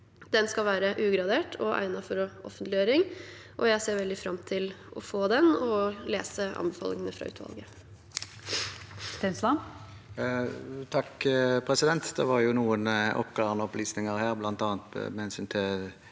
Den skal være ugradert og egnet for offentliggjøring. Jeg ser veldig fram til å få den og til å lese anbefalingene fra utvalget.